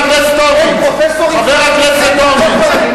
חבר הכנסת גפני,